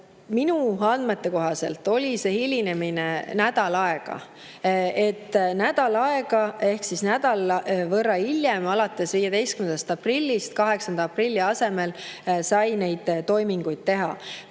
andmete kohaselt oli see hilinemine nädal aega. Nädal aega ehk nädala võrra hiljem, alates 15. aprillist 8. aprilli asemel sai neid toiminguid teha.